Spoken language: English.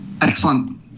Excellent